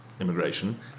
immigration